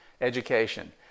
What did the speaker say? education